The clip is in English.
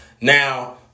Now